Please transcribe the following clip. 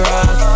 Rock